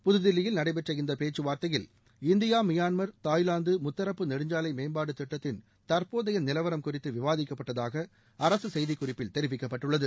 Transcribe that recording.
புதுதில்லியில் நடைபெற்ற இந்த பேச்சுவார்த்தையில் இந்தியா மியான்மர் தாய்வாந்து முத்தரப்பு நெடுஞ்சாலை மேம்பாடு திட்டத்தின் தற்போதைய நிலவரம் குறித்து விவாதிக்கப்பட்டதாக அரசு செய்திக்குறிப்பில் தெரிவிக்கப்பட்டுள்ளது